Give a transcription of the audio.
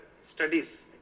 studies